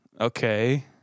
okay